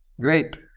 Great